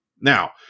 Now